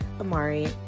Amari